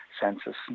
census